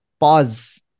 pause